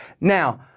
Now